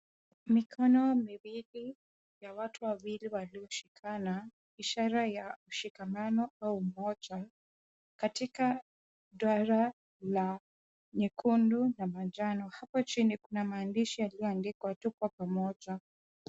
Mikono miwili ya watu wawili walioshikana, ishara ya ushikamano au umoja katika duara la nyekundu na manjano, hapa chini kuna maandishi yaliyoandikwa, tuko pamoja.